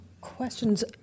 questions